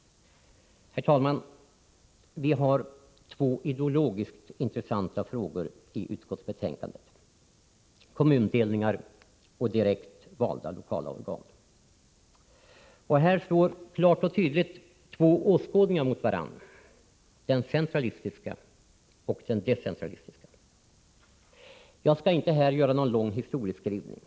Herr talman! Vi har två ideologiskt intressanta frågor i utskottsbetänkandet: kommundelningar och direkt valda lokala organ. Här står klart och tydligt två åskådningar mot varandra — den centralistiska och den decentralistiska. Jag skall inte göra någon lång historieskrivning.